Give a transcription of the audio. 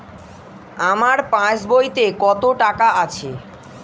আমার পাস বইতে কত টাকা আছে?